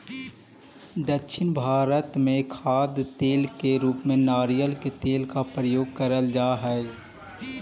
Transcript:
दक्षिण भारत में खाद्य तेल के रूप में नारियल के तेल का प्रयोग करल जा हई